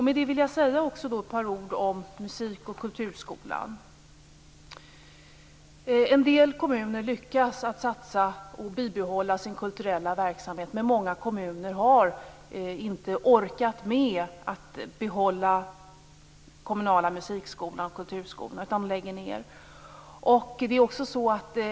Med det vill jag också säga ett par ord om musikoch kulturskolan. En del kommuner lyckas satsa och bibehålla sin kulturella verksamhet, men många kommuner har inte orkat med att behålla kommunala musikskolan och kulturskolan utan lägger ned.